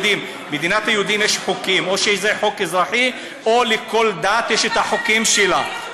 במדינת היהודים יש חוקים: או שזה חוק אזרחי או לכל דת יש את החוקים שלה.